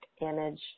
image